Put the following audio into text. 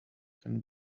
can